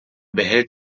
behält